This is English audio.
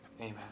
Amen